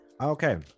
Okay